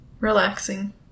Relaxing